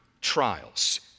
trials